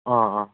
ꯑꯥ ꯑꯥ ꯑꯥ